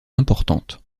importantes